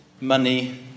money